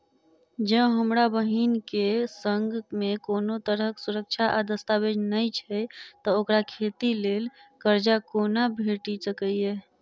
जँ हमरा बहीन केँ सङ्ग मेँ कोनो तरहक सुरक्षा आ दस्तावेज नै छै तऽ ओकरा खेती लेल करजा कोना भेटि सकैये?